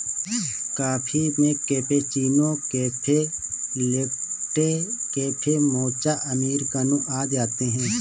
coffee में cappuccino, cafe latte, cafe mocha, अमेरिकनों आदि आते है